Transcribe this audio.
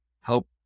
help